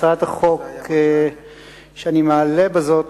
הצעת החוק שאני מעלה בזאת